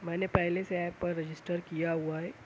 میں نے پہلے سے ایپ پر رجسٹر کیا ہوا ہے